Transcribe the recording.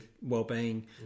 well-being